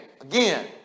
Again